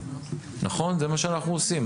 זה מה שאנחנו עושים.